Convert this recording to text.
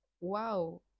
wow